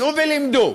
צאו ולמדו,